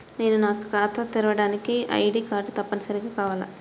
నేను ఖాతా తెరవడానికి ఐ.డీ కార్డు తప్పనిసారిగా కావాలా?